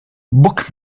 book